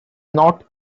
not